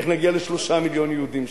איך נגיע ל-3 מיליון יהודים שם.